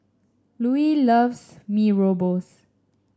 Luis loves Mee Rebus